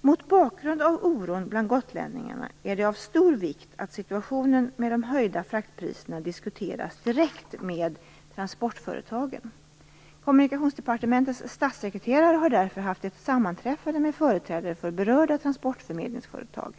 Mot bakgrund av oron bland gotlänningarna är det av stor vikt att situationen med de höjda fraktpriserna diskuteras direkt med transportföretagen. Kommunikationsdepartementets statssekreterare har därför haft ett sammanträffande med företrädare för berörda transportförmedlingsföretag.